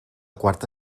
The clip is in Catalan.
quarta